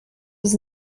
was